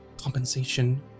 compensation